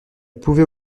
pouvait